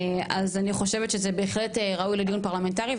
אז אני חושבת שזה בהחלט ראוי לדיון פרלמנטרי.